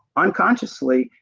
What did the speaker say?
unconsciously.